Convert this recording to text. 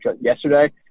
yesterday